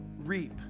reap